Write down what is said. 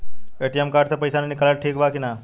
ATM card से पईसा निकालल ठीक बा की ना?